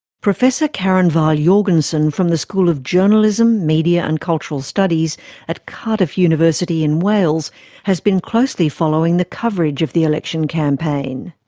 professor karin wahl-jorgensen from the school of journalism, media and cultural studies at cardiff university in wales has been closely following the coverage of the election campaign.